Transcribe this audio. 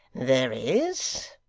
there is,